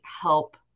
help